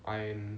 I'm